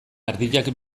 ardiak